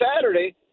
Saturday